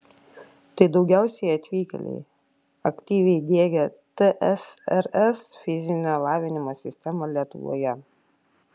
tai daugiausiai atvykėliai aktyviai diegę tsrs fizinio lavinimo sistemą lietuvoje